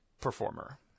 performer